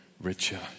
richer